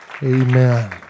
Amen